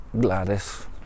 Gladys